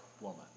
woman